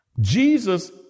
Jesus